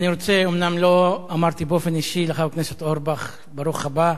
לא אמרתי באופן אישי לחבר הכנסת אורבך ברוך הבא.